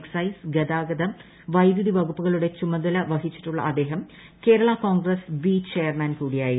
excise ഗതാഗതം വൈദ്യുതി വകുപ്പുകളുടെ ചുമതല വഹിച്ചിട്ടുള്ള അദ്ദേഹം കേരളാ കോൺഗ്രസ് ബി ചെയർമാൻ കൂടിയായിരുന്നു